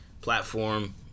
platform